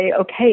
okay